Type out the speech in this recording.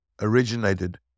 originated